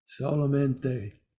Solamente